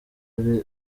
ari